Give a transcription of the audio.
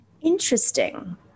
interesting